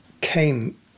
came